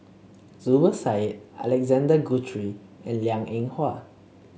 Zubir Said Alexander Guthrie and Liang Eng Hwa